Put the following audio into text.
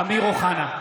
(קורא בשמות חברי הכנסת) אמיר אוחנה,